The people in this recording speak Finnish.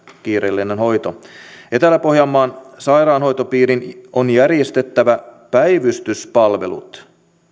kiireellinen hoito etelä pohjanmaan sairaanhoitopiirin on järjestettävä päivystyspalvelut